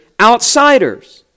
outsiders